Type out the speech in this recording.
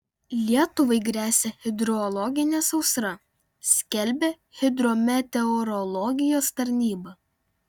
lietuvai gresia hidrologinė sausra skelbia hidrometeorologijos tarnyba